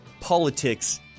politics